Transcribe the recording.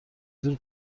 دور